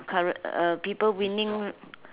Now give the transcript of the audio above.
ca~ uh people winning